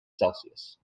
celsius